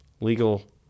legal